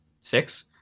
six